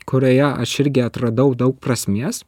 kurioje aš irgi atradau daug prasmės